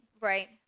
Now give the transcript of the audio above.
Right